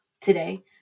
Today